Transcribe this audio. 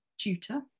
tutor